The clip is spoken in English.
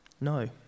No